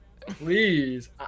please